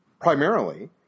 primarily